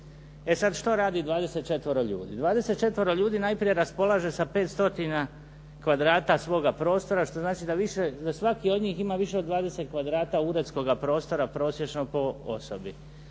E sad, što radi 24-ero ljudi. 24-ero ljudi najprije raspolaže sa 5 stotina kvadrata svoga prostora što znači da svaki od njih ima više od 20 kvadrata uredskoga prostora prosječno po osobi.